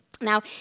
Now